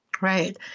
Right